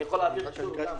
אני יכול להעביר שוב.